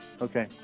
okay